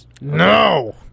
No